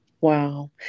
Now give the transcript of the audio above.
Wow